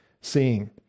seeing